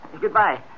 Goodbye